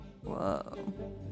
Whoa